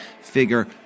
figure